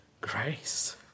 grace